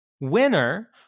winner